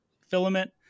filament